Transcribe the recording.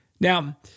Now